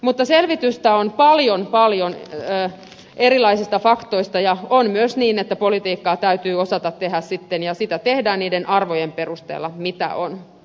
mutta erilaisista faktoista on paljon paljon selvitystä ja on myös niin että politiikkaa täytyy sitten osata tehdä ja sitä tehdään niiden arvojen perusteella mitä on